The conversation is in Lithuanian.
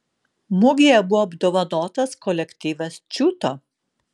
mugėje buvo apdovanotas kolektyvas čiūto